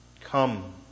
Come